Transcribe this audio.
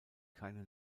keine